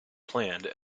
planned